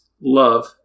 love